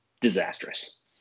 disastrous